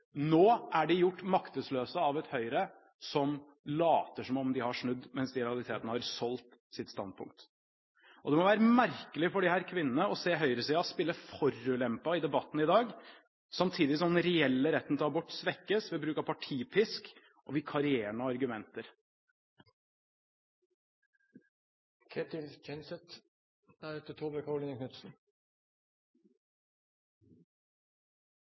Nå er de gjort maktesløse av et Høyre som later som om de har snudd, mens de i realiteten har solgt sitt standpunkt. Det må være merkelig for disse kvinnene å se høyresiden spille forulempet i debatten i dag, samtidig som den reelle retten til abort svekkes ved bruk av partipisk og